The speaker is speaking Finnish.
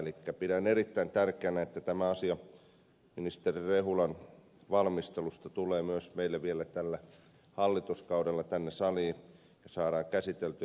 elikkä pidän erittäin tärkeänä että tämä asia ministeri rehulan valmistelusta tulee meille myös vielä tällä hallituskaudella tänne saliin ja saadaan käsiteltyä